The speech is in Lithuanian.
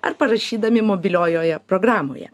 ar parašydami mobiliojoje programoje